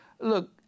Look